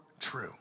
true